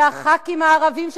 וחברי הכנסת הערבים,